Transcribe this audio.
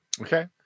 Okay